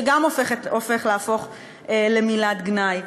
שגם הולך להפוך למילת גנאי.